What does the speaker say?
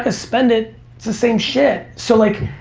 ah spend it, it's the same shit. so like